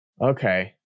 Okay